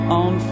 on